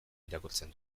irakurtzen